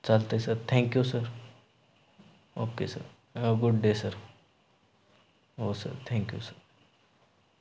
चालतं आहे sir thank you sir okay sir have a good day sir हो sir thank you sir